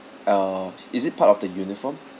uh is it part of the uniform